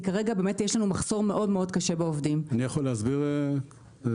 אני יכול להסביר, אדוני היו"ר?